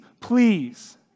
please